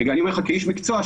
אני אומר לך כאיש מקצוע,